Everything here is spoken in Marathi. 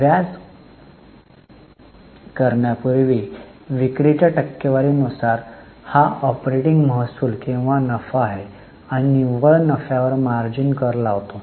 व्याज करण्यापूर्वी विक्रीच्या टक्केवारी नुसार हा ऑपरेटिंग महसूल किंवा नफा आहे आणि निव्वळ नफ्यावर मार्जिन कर लावतो